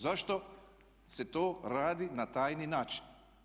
Zašto se to radi na tajni način?